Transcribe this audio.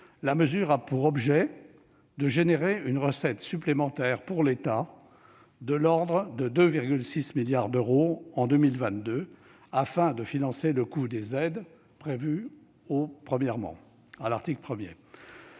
la mesure a pour objet d'engendrer une recette supplémentaire pour l'État de l'ordre de 2,6 milliards d'euros en 2022, afin de financer le coût des aides prévues à l'article 1.